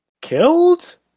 killed